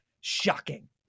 shocking